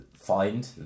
find